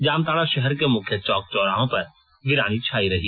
जामताड़ा शहर के मुख्य चौक चौराहों पर वीरानी छाई रही